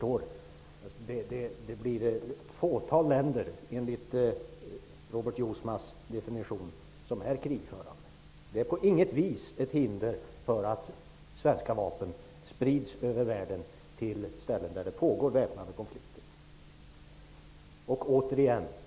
Det blir ett fåtal länder som är krigförande, enligt Robert Jousmas definition. Det är på inget vis ett hinder för att svenska vapen sprids över världen till områden där väpnade konflikter pågår.